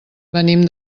venim